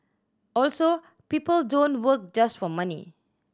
also people don't work just for money